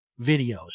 videos